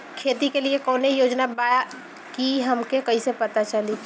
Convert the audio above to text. खेती के लिए कौने योजना बा ई हमके कईसे पता चली?